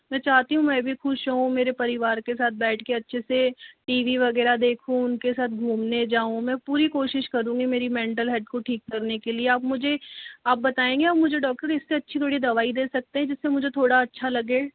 मैं चाहती हूँ मैं भी खुश रहूँ मेरे परिवार के साथ बैठ के अच्छे से टी वी वगैरह देखूँ उनके साथ घुमने जाऊँ मैं पूरी कोशिश करुँगी मेरी मेंटल हेल्थ को ठीक करने के लिए आप मुझे आप बताएँगे आप मुझे डॉक्टर इससे अच्छी थोड़ी दवाई दे सकते हैं जिससे मुझे थोड़ा अच्छा लगे